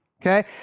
Okay